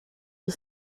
for